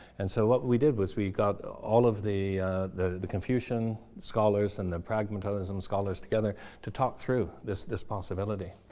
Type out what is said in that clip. and so what we did was we got all of the the confucian scholars and the pragmatism scholars together to talk through this this possibility.